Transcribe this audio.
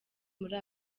muri